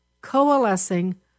coalescing